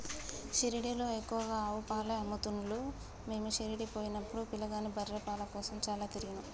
షిరిడీలో ఎక్కువగా ఆవు పాలే అమ్ముతున్లు మీము షిరిడీ పోయినపుడు పిలగాని బర్రె పాల కోసం చాల తిరిగినం